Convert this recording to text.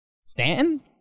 Stanton